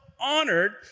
honored